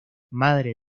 madre